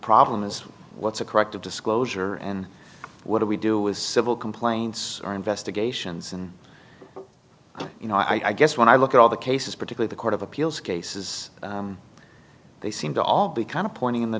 problem is what's a corrective disclosure and what do we do with civil complaints or investigations and you know i guess when i look at all the cases particular the court of appeals cases they seem to all be kind of pointing in the